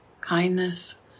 kindness